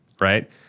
right